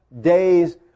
days